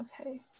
Okay